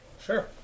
Sure